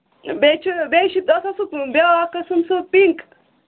بیٚیہِ چھُ بیٚیہِ چھُ تتھ آسان سُہ بیٛاکھ قٔسٕم سُہ پِنک